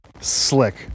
Slick